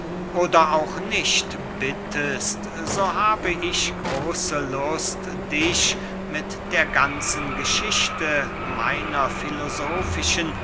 oder auch nicht bittest so habe ich große lust dich mit der ganzen geschichte meiner